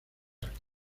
actos